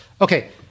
okay